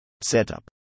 Setup